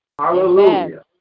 Hallelujah